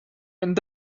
and